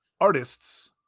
artists